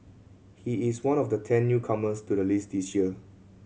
he is one of the ten newcomers to the list this year